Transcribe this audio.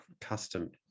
custom